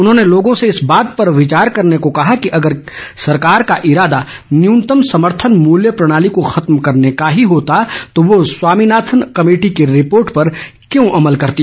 उन्होंने लोगों से इस बातें पर विचार करने को कहा कि अगर सरकार का इरादा न्यूनतम समर्थन मूल्य प्रणाली को खत्म करने का ही होता तो वह स्वामीनाथन कमेटी की रिपोर्ट पर क्यों अमल करती